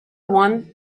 one